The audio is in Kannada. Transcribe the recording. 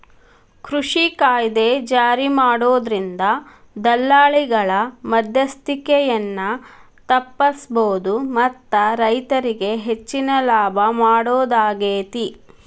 ಕೃಷಿ ಕಾಯ್ದೆ ಜಾರಿಮಾಡೋದ್ರಿಂದ ದಲ್ಲಾಳಿಗಳ ಮದ್ಯಸ್ತಿಕೆಯನ್ನ ತಪ್ಪಸಬೋದು ಮತ್ತ ರೈತರಿಗೆ ಹೆಚ್ಚಿನ ಲಾಭ ಮಾಡೋದಾಗೇತಿ